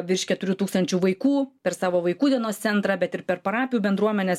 virš keturių tūkstančių vaikų per savo vaikų dienos centrą bet ir per parapijų bendruomenes